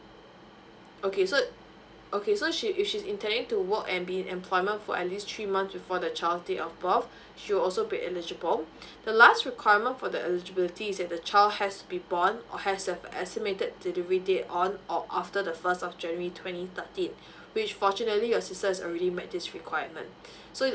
okay so okay so she she's intending to work and be in employment for at least three months before the child's date of birth she'll also be eligible the last requirement for the eligibility is that the child has to be born or has a estimated delivery date on uh after the first of january twenty thirty which fortunately your sister is already met this requirement so